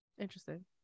Interesting